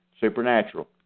Supernatural